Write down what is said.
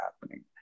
happening